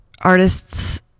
artists